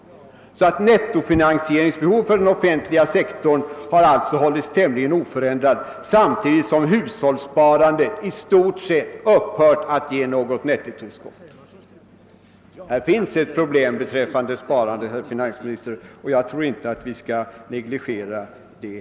Nettofinansieringsbehovet för den offentliga sektorn i vid bemärkelse har alltså hållits tämligen oförändrat samtidigt som hushållssparandet i stort sett upphört att ge något nettotillskott.» Här finns ett problem beträffande sparandet, herr finansminister, och jag tror inte att vi bör negligera det.